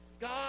God